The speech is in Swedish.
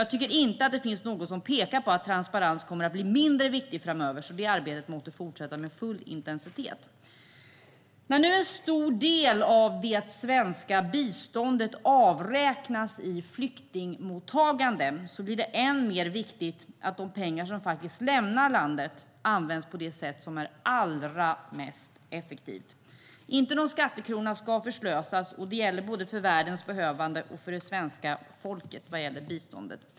Jag tycker inte att det finns något som pekar på att transparens kommer att bli mindre viktigt framöver, så det arbetet måste fortsätta med full intensitet. När nu en stor del av det svenska biståndet avräknas i flyktingmottagandet blir det än mer viktigt att de pengar som faktiskt lämnar landet används på det sätt som är allra mest effektivt. Inte någon skattekrona ska förslösas. Det gäller både för världens behövande och för det svenska folket när det handlar om biståndet.